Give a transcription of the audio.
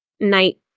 night